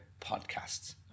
podcasts